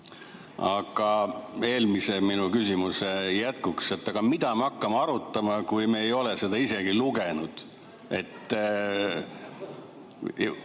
Minu eelmise küsimuse jätkuks: aga mida me hakkame arutama, kui me ei ole seda isegi lugenud? Teen